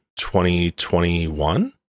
2021